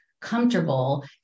comfortable